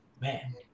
man